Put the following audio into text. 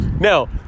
Now